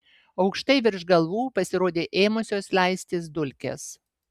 aukštai virš galvų pasirodė ėmusios leistis dulkės